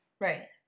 Right